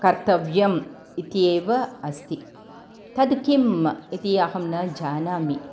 कर्तव्यम् इत्येव अस्ति तद् किम् इति अहं न जानामि